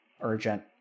urgent